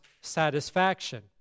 satisfaction